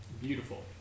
Beautiful